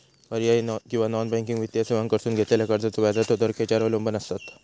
पर्यायी किंवा non banking वित्तीय सेवांकडसून घेतलेल्या कर्जाचो व्याजाचा दर खेच्यार अवलंबून आसता?